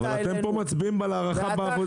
אבל אתם פה מצביעים על הארכה בוועדה.